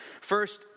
First